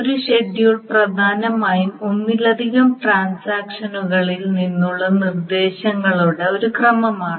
ഒരു ഷെഡ്യൂൾ പ്രധാനമായും ഒന്നിലധികം ട്രാൻസാക്ഷനുകളിൽ നിന്നുള്ള നിർദ്ദേശങ്ങളുടെ ഒരു ക്രമമാണ്